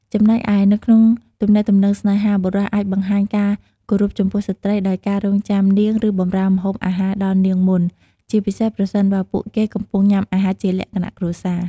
ចំណែកឯ នៅក្នុងទំនាក់ទំនងស្នេហា បុរសអាចបង្ហាញការគោរពចំពោះស្ត្រីដោយការរង់ចាំនាង ឬបម្រើម្ហូបអាហារដល់នាងមុន ជាពិសេសប្រសិនបើពួកគេកំពុងញ៉ាំអាហារជាលក្ខណៈគ្រួសារ។